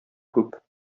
күп